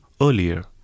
earlier